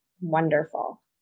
wonderful